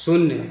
शून्य